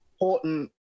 important